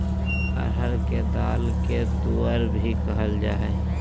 अरहर के दाल के तुअर भी कहल जाय हइ